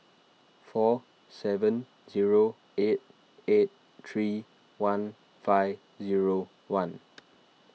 four seven zero eight eight three one five zero one